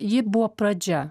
ji buvo pradžia